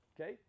okay